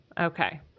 Okay